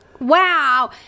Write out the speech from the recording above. Wow